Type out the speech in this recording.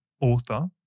author